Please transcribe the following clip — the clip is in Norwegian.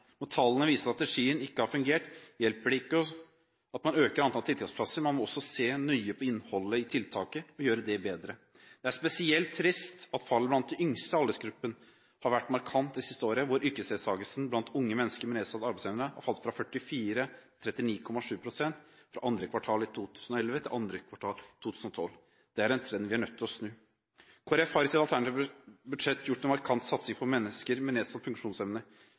Når tallene viser at strategien ikke har fungert, hjelper det ikke at man øker antall tiltaksplasser, man må også se nøye på innholdet i tiltaket og gjøre det bedre. Det er spesielt trist at fallet i den yngste aldersgruppen har vært markant det siste året, hvor yrkesdeltakelsen blant unge mennesker med nedsatt arbeidsevne har falt fra 44 til 39,7 pst. fra 2. kvartal 2011 til 2. kvartal 2012. Det er en trend vi er nødt til å snu. Kristelig Folkeparti har i sitt alternative budsjett gjort en markant satsing på mennesker med nedsatt funksjonsevne.